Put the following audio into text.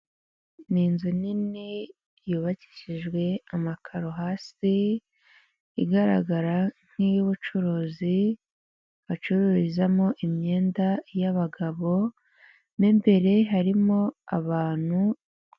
Ni inzu nini yubakishijwe amakaro hasi, igaragara nk'iy'ubucuruzi bacururizamo imyenda y'abagabo mo imbere harimo abantu.